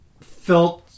felt